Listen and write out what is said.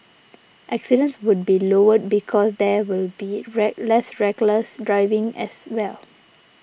accidents would be lowered because there will be less reckless driving as well